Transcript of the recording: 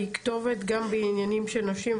היא כתובת גם בענייני נשים,